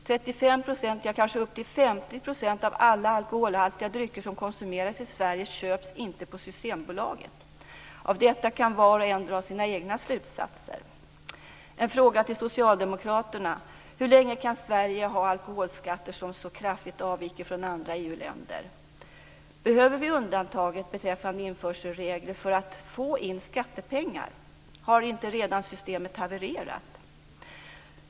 35 %, ja kanske upp till 50 %, av alla alkoholhaltiga drycker som konsumeras i Sverige köps inte på Systembolaget. Av detta kan var och en dra sina egna slutsatser. En fråga till socialdemokraterna: Hur länge kan Sverige ha alkoholskatter som så kraftigt avviker från andra EU-länders? Behöver vi undantaget beträffande införselregler för att få in skattepengar? Har inte systemet redan havererat?